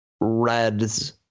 red's